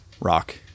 Rock